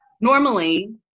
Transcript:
Normally